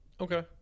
Okay